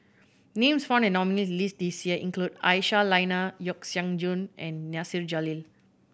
names found in nominees' list this year include Aisyah Lyana Yeo Siak Goon and Nasir Jalil